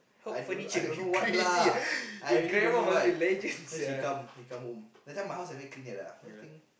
I don't I don't know what lah I really don't know what then she come he come home that time my house haven't clean yet first thing